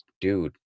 dude